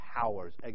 powers